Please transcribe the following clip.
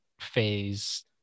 phase